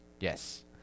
Yes